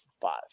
five